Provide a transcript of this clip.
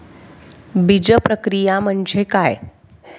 बीजप्रक्रिया म्हणजे काय?